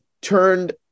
turned